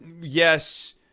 yes